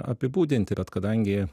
apibūdinti bet kadangi